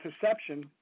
perception